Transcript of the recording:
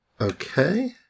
Okay